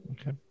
Okay